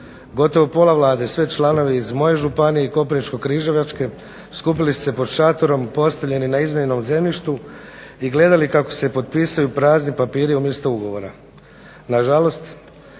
Gotovo pola Vlade, sve članovi iz moje županije i Koprivničko-križevačke skupili su se pred šatorom postavljenim na iznajmljenom zemljištu i gledali kako se potpisuju prazni papiri umjesto ugovora.